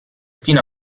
fino